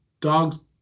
Dogs